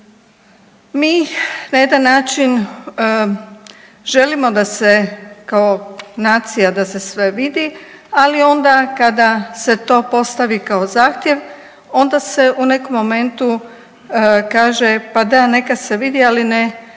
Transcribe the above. Mi na jedan način želimo da se kao nacija da se sve vidi, ali onda kada se to postavi kao zahtjev onda se u nekom momentu kaže pa da neka se vidi, ali ne,